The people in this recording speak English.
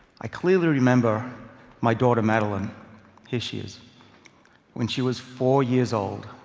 i clearly remember my daughter madeleine here she is when she was four years old.